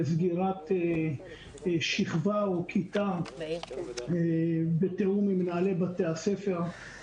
לסגירת שכבה או כיתה בתיאום עם מנהלי בתי הספר.